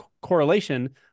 correlation